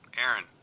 Aaron